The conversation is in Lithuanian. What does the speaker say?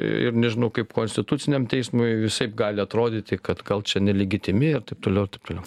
ir nežinau kaip konstituciniam teismui visaip gali atrodyti kad gal čia nelegitimi ir taip toliau ir taip toliau